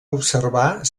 observar